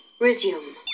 Resume